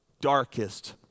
darkest